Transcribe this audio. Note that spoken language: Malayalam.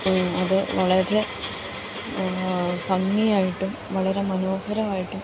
അത് വളരെ ഭംഗിയായിട്ടും വളരെ മനോഹരമായിട്ടും